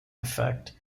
effect